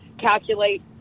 calculate